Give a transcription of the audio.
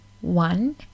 one